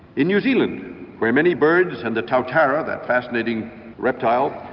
in new zealand where many birds and the tuatara, that fascinating reptile,